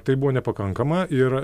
tai buvo nepakankama ir